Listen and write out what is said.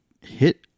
hit